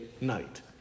night